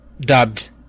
dubbed